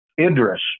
Idris